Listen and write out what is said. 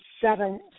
seven